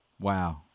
Wow